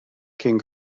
cyn